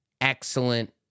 excellent